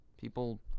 people